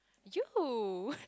you